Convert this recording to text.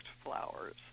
flowers